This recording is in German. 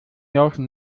laufen